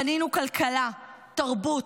בנינו כלכלה, תרבות,